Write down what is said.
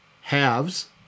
halves